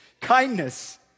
kindness